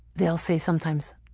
they'll say sometimes,